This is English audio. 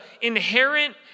inherent